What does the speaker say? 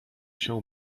się